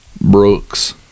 Brooks